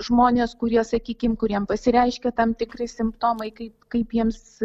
žmonės kurie sakykim kuriem pasireiškia tam tikri simptomai kaip kaip jiems